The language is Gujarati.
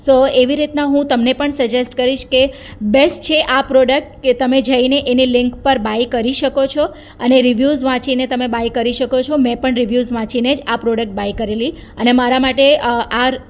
સો એવી રીતના હું તમેં પણ સજેસ્ટ કરીશ કે બેસ્ટ છે આ પ્રોડક્ટ કે તમે જઈને એને લિન્ક પર બાય કરી શકો છો અને રિવ્યૂઝ વાંચીને તમે બાય કરી શકો છો મેં પણ રિવ્યૂઝ વાંચીને જ આ પ્રોડક્ટ બાય કરેલી અને મારા માટે આર